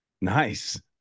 nice